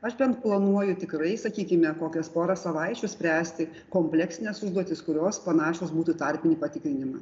aš bent planuoju tikrai sakykime kokias porą savaičių spręsti kompleksines užduotis kurios panašios būtų tarpinį patikrinimą